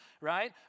right